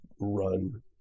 run